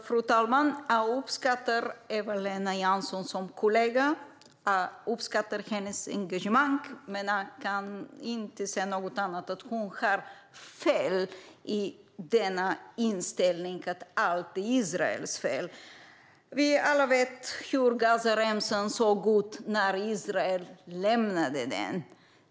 Fru talman! Jag uppskattar Eva-Lena Jansson som kollega, och jag uppskattar hennes engagemang. Men jag kan inte se annat än att hon har fel när det gäller inställningen att allt är Israels fel. Vi vet alla hur Gazaremsan såg ut när Israel lämnade den.